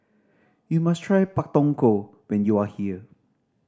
you must try Pak Thong Ko when you are here